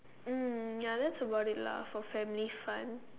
mm ya that's about it lah for family fun